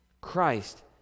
Christ